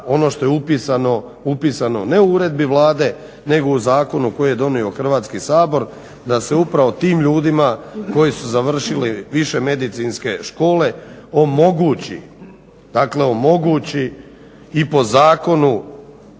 ono što je upisano, ne u uredbi Vlade nego u zakonu koji je donio Hrvatski sabor, da se upravo tim ljudima, koji su završili više medicinske škole omogući, dakle omogući i po zakonu